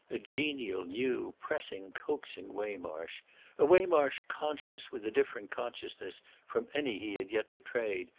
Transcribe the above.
a genial new pressing coaxing waymarsh a waymarsh conscious with a different consciousness from any he had yet betrayed,